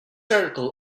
article